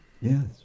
Yes